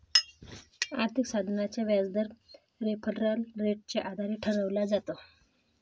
आर्थिक साधनाचा व्याजदर रेफरल रेटच्या आधारे ठरवला जातो